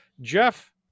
jeff